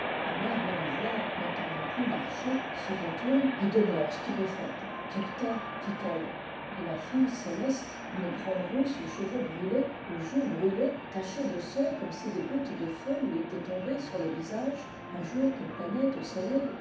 la mère malivoire n'entendant plus marcher se retourne et demeure stupéfaite que qu'tas dit-elle et la fille céleste une grande rousse aux cheveux brûlés aux joues brûlées tachées de son comme si des gouttes de feu lui étaient tombées sur le visage un jour qu'elle peinait au soleil